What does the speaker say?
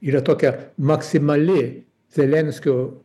yra tokia maksimali zelenskio